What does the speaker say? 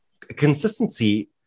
Consistency